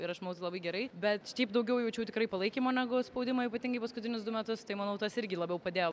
ir aš manau tai labai gerai bet šiaip daugiau jaučiau tikrai palaikymo negu spaudimo ypatingai paskutinius du metus tai manau tas irgi labiau padėjo